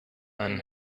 einen